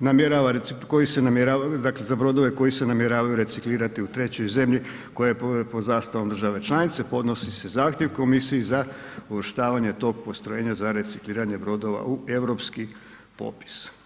namjerava, koji se namjeravaju, dakle za brodove koji se namjeravaju reciklirati u trećoj zemlji koja je pod zastavom države članice podnosi se zahtjev komisiji za uvrštavanje tog postrojenja za recikliranje brodova u europski popis.